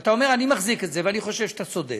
שאתה אומר: אני מחזיק את זה, ואני חושב שאתה צודק,